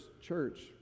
church